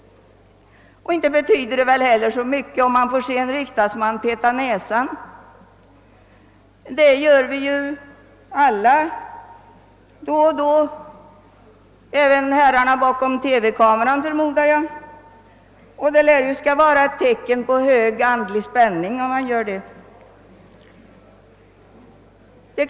Och inte betyder det väl heller så mycket om man får se en riksdagsman peta näsan; det gör vi kanske alla då och då — även herrarna bakom TV-kameran, förmodar jag — och det lär dessutom vara ett tecken på hög andlig spänning att göra det!